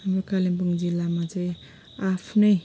हाम्रो कालिम्पोङ जिल्लामा चाहिँ आफ्नै